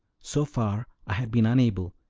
so far, i had been unable,